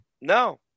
No